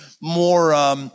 more